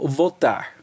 votar